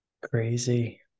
Crazy